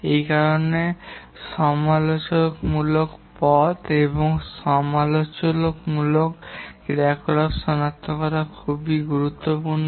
এই কারণে সমালোচনামূলক পথ এবং সমালোচনামূলক ক্রিয়াকলাপগুলি সনাক্ত করা খুব গুরুত্বপূর্ণ